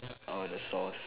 orh the sauce